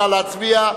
נא להצביע.